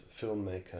filmmaker